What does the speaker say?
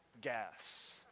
gas